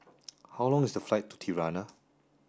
how long is the flight to Tirana